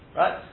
right